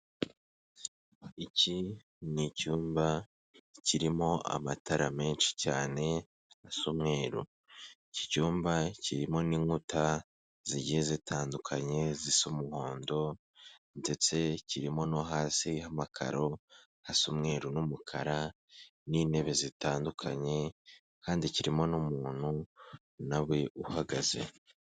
Iki ni icyumba kirimo amatara menshi cyane asa umweru. Iki cyumba kirimo n'inkuta zigiye zitandukanye zisa umuhondo, ndetse kirimo no hasi amakaro asa umweru n'umukara, n'intebe zitandukanye kandi kirimo n'umuntu nawe uhagaze.